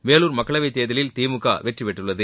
வேலூர் மக்களவை தேர்தலில் திமுக வெற்றி பெற்றுள்ளது